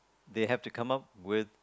they have to come up with